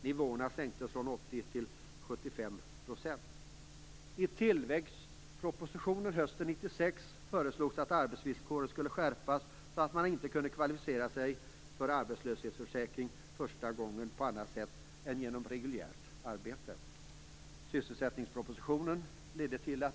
Nivåerna sänktes från 80 till I tillväxtpropositionen hösten 1996 föreslogs att arbetsvillkoren skulle skärpas så att man inte skulle kunna kvalificera sig för arbetslöshetsersättning första gången på annat sätt än genom ett reguljärt arbete.